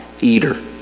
eater